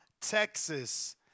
Texas